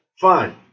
fine